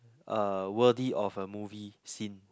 uh worthy of a movie scene